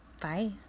Bye